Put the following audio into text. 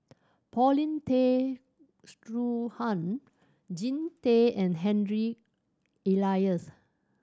Paulin Tay Straughan Jean Tay and Harry Elias